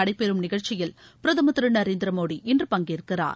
நடைபெறும் நிகழ்ச்சியில் பிரதமர் திரு நரேந்திர மோடி இன்று பங்கேற்கிறார்